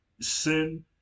sin